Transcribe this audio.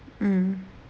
mm